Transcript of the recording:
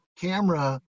camera